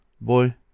boy